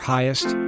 Highest